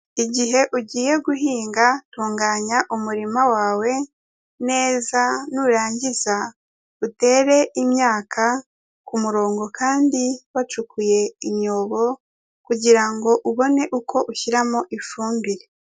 Igihe ugiye guhinga tunganya umurima wawe neza, nurangiza utere imyaka ku murongo kandi wacukuye imyobo kugira ngo ubone uko ushyiramo ifumbire.